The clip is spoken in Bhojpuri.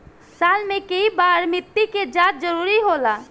साल में केय बार मिट्टी के जाँच जरूरी होला?